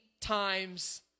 times